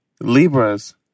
Libras